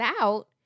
out